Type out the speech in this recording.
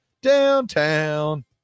Downtown